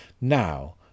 Now